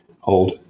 hold